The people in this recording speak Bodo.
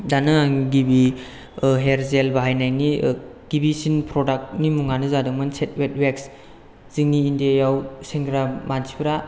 दानो आं गिबि हेर जेल बाहायनायनि गिबिसिन प्रडाक्ट नि मुङानो जादोंमोन सेट वेट वेक्स जोंनि इण्डियायाव सेंग्रा मानसिफ्रा